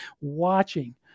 watching